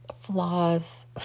flaws